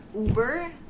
Uber